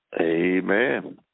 Amen